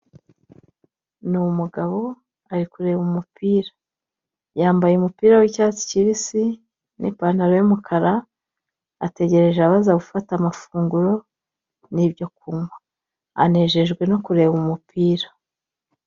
Ni umugabo ari kureba umupira, yambaye umupira w'icyatsi kibisi n'ipantaro y'umukara, ategereje abaza gufata amafunguro n'ibyo kunywa, anejejwe no kureba umupira.